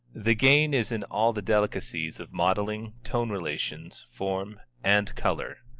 the gain is in all the delicacies of modelling, tone-relations, form, and color.